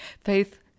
Faith